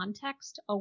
context